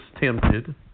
tempted